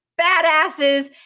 badasses